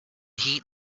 heat